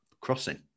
crossing